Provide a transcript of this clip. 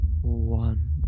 one